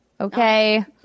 Okay